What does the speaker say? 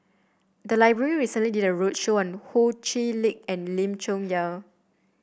the library recently did a roadshow on Ho Chee Lick and Lim Chong Yah